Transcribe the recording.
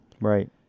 Right